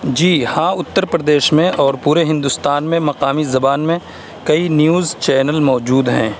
جی ہاں اُتّر پردیش میں اور پورے ہندوستان میں مقامی زبان میں کئی نیوز چینل موجود ہیں